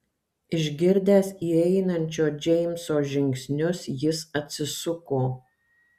išgirdęs įeinančio džeimso žingsnius jis atsisuko